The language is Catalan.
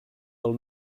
del